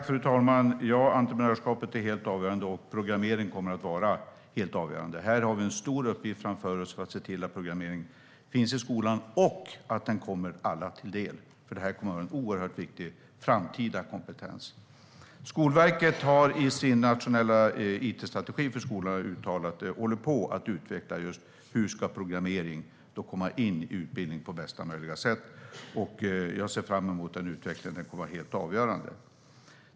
Fru talman! Entreprenörskapet är helt avgörande, och programmering kommer att vara helt avgörande. Här har vi en stor uppgift framför oss för att se till att programmering finns i skolan och kommer alla till del, för det här kommer att vara en oerhört viktig framtida kompetens. Skolverket håller i sin nationella it-strategi för skolan på att utveckla just hur programmering ska komma in i utbildningen på bästa möjliga sätt. Jag ser fram emot den utvecklingen; den kommer att vara helt avgörande.